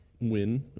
win